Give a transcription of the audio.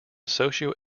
socio